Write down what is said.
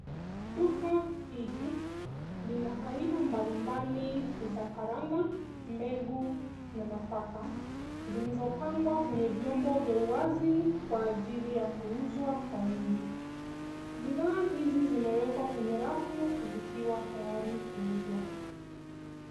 Duka hili lina aina mbalimbali za karanga, mbegu na nafaka zilizopangwa kwenye vyombo vya uwazi kwa ajili ya kuuzwa kwa wingi. Bidhaa hizi zimewekwa kwenye rafu zikiwa tayari kuuzwa.